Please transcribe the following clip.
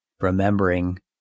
remembering